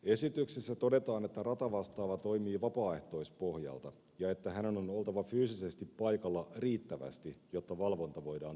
esityksessä todetaan että ratavastaava toimii vapaaehtoispohjalta ja että hänen on oltava fyysisesti paikalla riittävästi jotta valvonta voidaan turvata